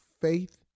faith